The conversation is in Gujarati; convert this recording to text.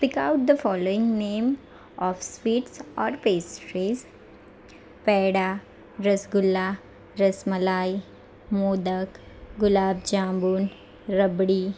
speak out the following name of sweets or pastries peda rasgulla rasmalai modak gulab jamun rabri